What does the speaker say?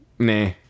Nah